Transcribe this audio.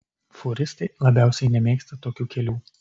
fūristai labiausiai nemėgsta tokių kelių